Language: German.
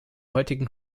heutigen